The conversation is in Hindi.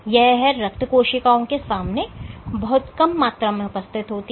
यह है रक्त कोशिकाओं के सामने बहुत कम मात्रा में उपस्थित होती है